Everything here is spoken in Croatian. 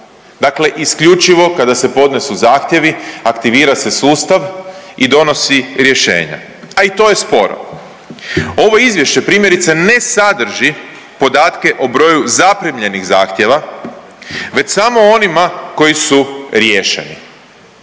dakle isključivo kada se podnesu zahtjevi aktivira se sustav i donosi rješenja, a i to je sporo. Ovo izvješće primjerice ne sadrži podatke o broju zaprimljenih zahtjeva već samo onima koji su riješeni.